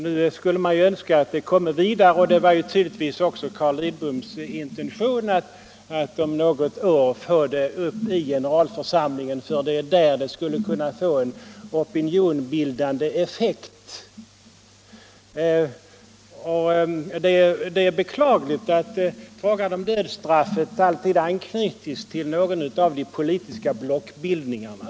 Nu skulle man önska att frågan fördes vidare, och det var naturligtvis också Carl Lidboms intention att om något år få upp frågan i generalförsamlingen för att få en opinionsbildande effekt. Det är beklagligt att frågan om dödsstraffet alltid anknyts till någon av de politiska blockbildningarna.